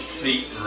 feet